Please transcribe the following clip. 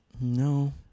No